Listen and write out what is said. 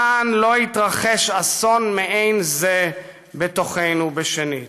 למען לא יתרחש אסון מעין זה בתוכנו שנית.